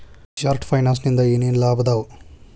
short ಫೈನಾನ್ಸಿನಿಂದ ಏನೇನ್ ಲಾಭದಾವಾ